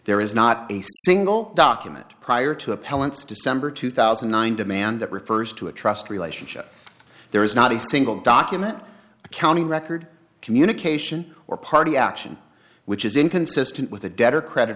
there is not a single document prior to appellants december two thousand and nine demand that refers to a trust relationship there is not a single document accounting record communication or party action which is inconsistent with the debtor credit